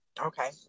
Okay